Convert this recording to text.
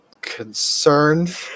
concerned